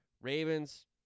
Ravens